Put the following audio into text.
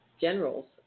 generals